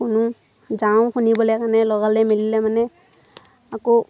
শুনো যাওঁ শুনিবলৈ লগালে মেলিলে মানে আকৌ